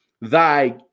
thy